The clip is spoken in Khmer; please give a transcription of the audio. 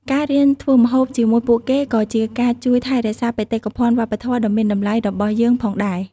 ការរៀនធ្វើម្ហូបជាមួយពួកគេក៏ជាការជួយថែរក្សាបេតិកភណ្ឌវប្បធម៌ ដ៏មានតម្លៃរបស់យើងផងដែរ។